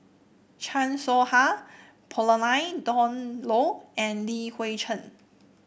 Chan Soh Ha Pauline Dawn Loh and Li Hui Cheng